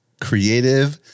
creative